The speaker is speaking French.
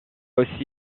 aussi